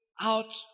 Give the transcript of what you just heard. out